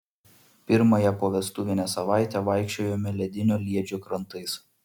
pirmąją povestuvinę savaitę vaikščiojome ledinio liedžio krantais